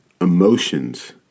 emotions